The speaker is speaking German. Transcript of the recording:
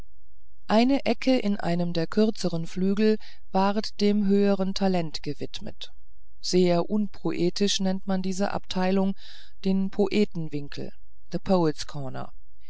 eine ecke in einem der kürzeren flügel ward dem höheren talent gewidmet sehr unpoetisch nennt man diese abteilung den poetenwinkel the